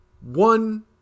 one